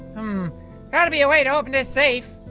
um gotta be a way to open this safe